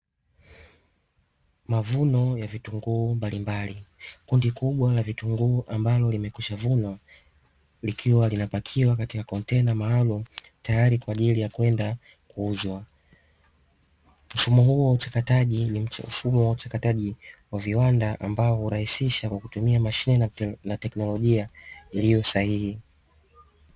Mavuno ya vitunguu mbalimbali, kundi kubwa la vitunguu ambalo limekwisha vunwa, likiwa linapakiwa katika kontena maalumu, tayari kwa ajili ya kwenda kuuzwa, mfumo huu wa uchakataji ni mfumo wa uchakataji wa viwanda, ambao hurahisisha kwa kutumia mashine na teknolojia iliyo sahihi.